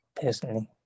personally